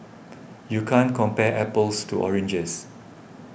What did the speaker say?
you can't compare apples to oranges